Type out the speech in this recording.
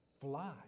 fly